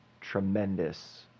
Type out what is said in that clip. tremendous